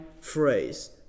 phrase